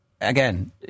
Again